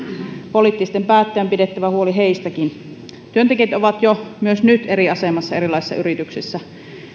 poliittisten päättäjien on pidettävä huoli heistäkin työntekijät ovat myös jo nyt eri asemassa erilaisissa yrityksissä